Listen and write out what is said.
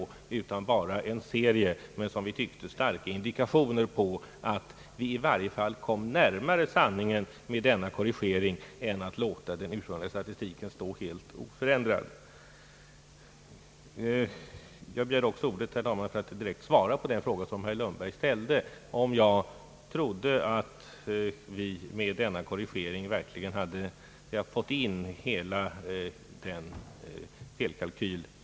Vi hade bara en serie med, som vi tyckte, starka indikationer på att vi kom närmare sanningen genom denna korrigering än om vi lät den ursprungliga statistiken förbli helt oförändrad. Jag begärde, herr talman, också ordet för att direkt svara på den fråga som herr Lundberg ställde, nämligen om jag trodde att vi med denna korrigering verkligen hade täckt in hela felkalkylen.